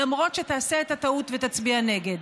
למרות שתעשה את הטעות ותצביע נגד.